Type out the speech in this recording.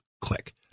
Click